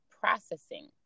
processing